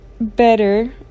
better